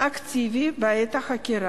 אקטיבי בעת החקירה,